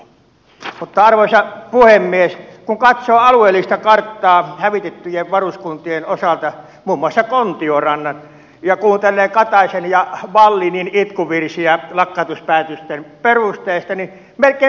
mutta arvoisa puhemies kun katsoo alueellista karttaa hävitettyjen varuskuntien osalta muun muassa kontiorannan ja kuuntelee kataisen ja wallinin itkuvirsiä lakkautuspäätösten perusteista niin melkein pääse itku itseltäkin